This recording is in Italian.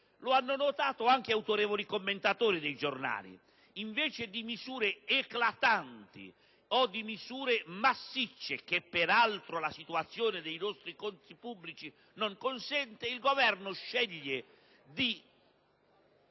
Lo hanno notato anche autorevoli commentatori di giornali. Invece di misure eclatanti o massicce, che peraltro la situazione dei nostri conti pubblici non consente, il Governo sceglie di